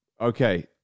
okay